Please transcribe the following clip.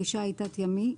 כלי שיט תת ימי,